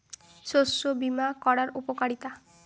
শস্য বিমা করার উপকারীতা?